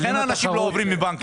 לכן אנשים לא עוברים מבנק לבנק.